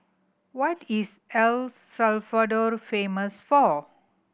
what is L Salvador famous for